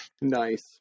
nice